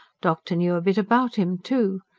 doctor knew a bit about him, too.